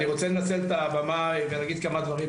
אני רוצה לנצל את הבמה ולהגיד כמה דברים,